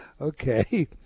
Okay